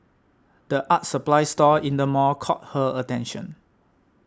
the art supplies store in the mall caught her attention